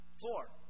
Four